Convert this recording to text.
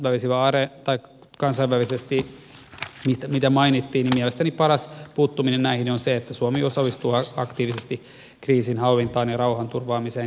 mitä sitten tulee näihin julmuuksiin mitä mainittiin niin mielestäni paras puuttuminen näihin on se että suomi osallistuu aktiivisesti kriisinhallintaan ja rauhanturvaamiseen